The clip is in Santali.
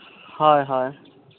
ᱦᱳᱭ ᱦᱳᱭ